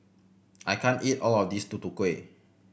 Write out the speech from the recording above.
I can't eat all of this Tutu Kueh